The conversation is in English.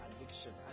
addiction